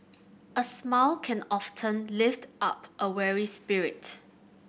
a smile can often lift up a weary spirit